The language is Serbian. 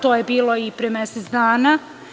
To je bilo i pre mesec dana.